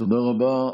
תודה רבה.